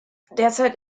derzeit